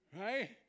right